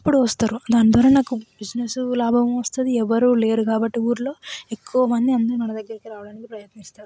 అప్పుడు వస్తారు దానిద్వారా నాకు బిజినెస్ లాభం వస్తుంది ఎవరు లేరు కాబట్టి ఊళ్ళో ఎక్కువమంది అందరు మన దగ్గరకు రావడానికి ప్రయత్నిస్తారు